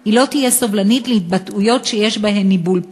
היא לא תהיה סובלנית להתבטאויות שיש בהן ניבול פה,